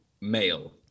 male